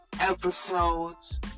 episodes